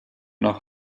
nach